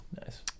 nice